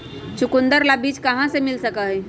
चुकंदर ला बीज कहाँ से मिल सका हई?